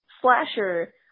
slasher